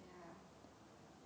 ya